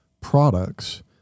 products